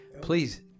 Please